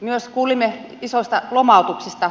myös kuulimme isoista lomautuksista